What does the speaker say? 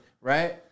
right